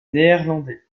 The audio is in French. néerlandais